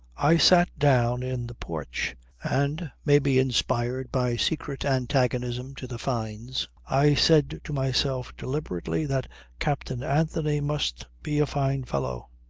i sat down in the porch and, maybe inspired by secret antagonism to the fynes, i said to myself deliberately that captain anthony must be a fine fellow.